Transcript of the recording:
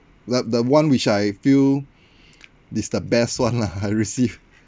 the the one which I feel is the best one lah I receive